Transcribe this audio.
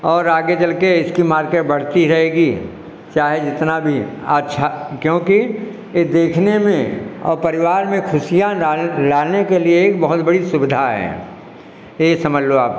और आगे चलकर इसकी मार्केट बढ़ती ही रहेगी चाहे जितना भी अच्छा क्योंकि यह देखने में और परिवार में खुशियाँ लाने लाने के लिए ही बहुत बड़ी सुविधा है यह समझ लो आप